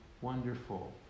wonderful